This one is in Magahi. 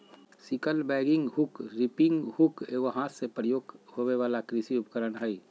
sickle bagging hook, reaping hook एगो हाथ से प्रयोग होबे वला कृषि उपकरण हइ